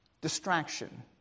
Distraction